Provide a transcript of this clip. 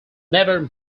never